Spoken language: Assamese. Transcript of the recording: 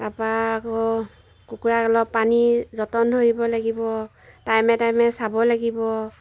তাৰপা আকৌ কুকুৰাক অলপ পানী যতন ধৰিব লাগিব টাইমে টাইমে চাব লাগিব